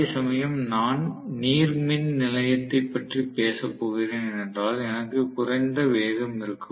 அதேசமயம் நான் நீர் மின் நிலையத்தைப் பற்றி பேசப் போகிறேன் என்றால் எனக்கு குறைந்த வேகம் இருக்கும்